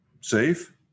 Safe